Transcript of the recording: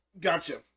Gotcha